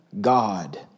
God